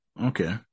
Okay